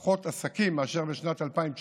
קרסו פחות עסקים מאשר בשנת 2019,